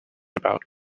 about